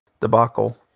debacle